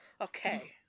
Okay